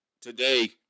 today